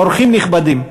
אורחים נכבדים,